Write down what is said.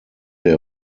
der